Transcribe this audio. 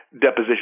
deposition